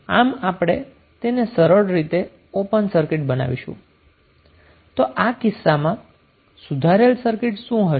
આમ આપણે તેને સરળ રીતે ઓપન સર્કિટ બનાવીશું તો આ કિસ્સામાં સુધારેલ સર્કિટ શું હશે